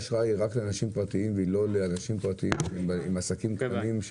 לאנשים פרטיים והיא לא לאנשים עם עסקים קטנים?